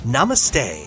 Namaste